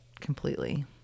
completely